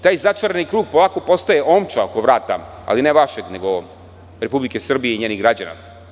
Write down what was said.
Taj začarani krug polako postaje omča oko vrata, ali ne vašeg, nego Republike Srbije i njenih građana.